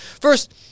First